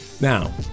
Now